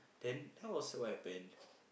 then how was what happen